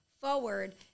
forward